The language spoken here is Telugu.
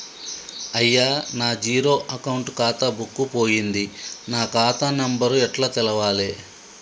అయ్యా నా జీరో అకౌంట్ ఖాతా బుక్కు పోయింది నా ఖాతా నెంబరు ఎట్ల తెలవాలే?